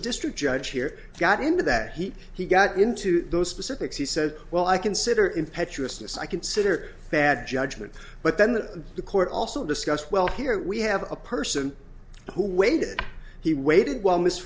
district judge here got into that heat he got into those specifics he said well i consider impetuousness i consider bad judgment but then the court also discussed well here we have a person who waited he waited w